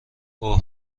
اوه